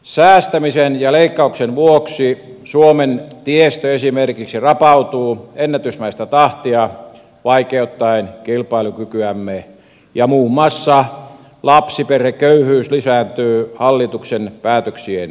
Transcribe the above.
säästämisen ja leikkauksen vuoksi suomen tiestö esimerkiksi rapautuu ennätysmäistä tahtia vaikeuttaen kilpailukykyämme ja muun muassa lapsiperheköyhyys lisääntyy hallituksen päätöksien myötä